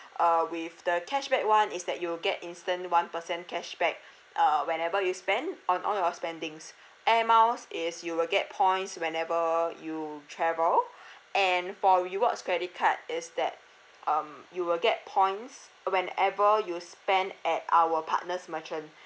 uh with the cashback one is that you will get instant one percent cashback uh whenever you spend on all your spendings air miles is you will get points whenever you travel and for rewards credit card is that um you will get points whenever you spend at our partners merchant